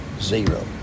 Zero